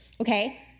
Okay